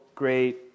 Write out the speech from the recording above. great